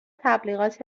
تبلیغات